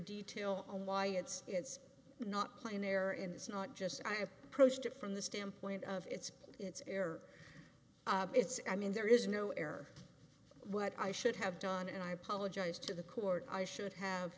detail on why it's it's not plane air and it's not just i approached it from the standpoint of it's it's air it's i mean there is no air what i should have done and i apologize to the court i should have